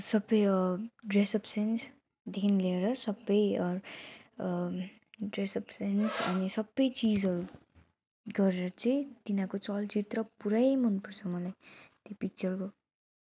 सबै यो dress up सेन्सदेखि लिएर सबै ड्रेस अप सेन्स अनि सबै चिजहरू गरेर चाहिँ तिनीहरूको चलचित्र पुरै मन पर्छ मलाई त्यो पिक्चरको